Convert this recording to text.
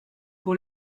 pour